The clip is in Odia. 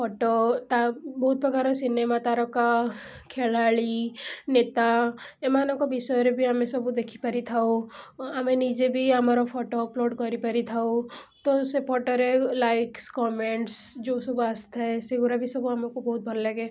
ଫଟୋ ତା' ବହୁତ ପ୍ରକାରର ସିନେମା ତାରକା ଖେଳାଳୀ ନେତା ଏମାନଙ୍କ ବିଷୟରେ ବି ଆମେ ସବୁ ଦେଖିପାରିଥାଉ ଆମେ ନିଜେ ବି ଆମର ଫଟୋ ଅପଲୋଡ଼୍ କରିପାରିଥାଉ ତ ସେ ଫଟୋରେ ଲାଇକ୍ସ କମେଣ୍ଟସ୍ ଯେଉଁସବୁ ଆସିଥାଏ ସେଗୁଡ଼ା ବି ସବୁ ଆମକୁ ବହୁତ ଭଲ ଲାଗେ